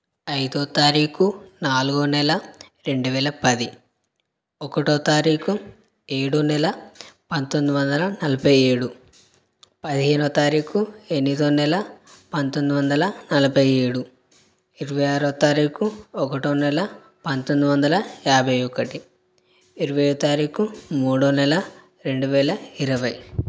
ఐదో తారీఖు నాల్గవ నెల రెండువేల పది ఒకటవ తారీఖు ఏడో నెల పంతొమ్మిది వందల నలభై ఏడు పదిహేనవ తారీఖు ఎనిమిదవ నెల పంతొమ్మిది వందల నలభై ఏడు ఇరవై ఆరవ తారీఖు ఒకటో నెల పంతొమ్మిది వందల యాభై ఒకటి ఇరవయో తారీఖు మూడవ నెల రెండువేల ఇరవై